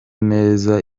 neza